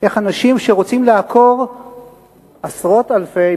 איך אנשים שרוצים לעקור עשרות אלפי,